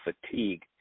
fatigue